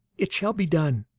it shall be done!